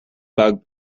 bug